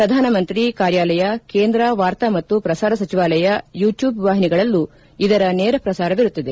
ಪ್ರಧಾನ ಮಂತ್ರಿ ಕಾರ್ಯಾಲಯ ಕೇಂದ್ರ ವಾರ್ತಾ ಮತ್ತು ಪ್ರಸಾರ ಸಚಿವಾಲಯ ಯೂಟ್ಲೂಬ್ ವಾಹಿನಿಗಳಲ್ಲೂ ನೇರ ಪ್ರಸಾರವಿರುತ್ತದೆ